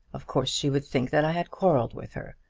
of course she would think that i had quarrelled with her,